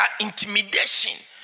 intimidation